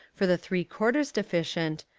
for the three-quar ters deficient,